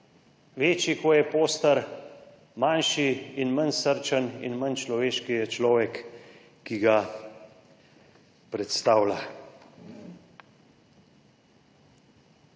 večji ko je poster, manjši in manj srčen in manj človeški je človek, ki ga predstavlja«.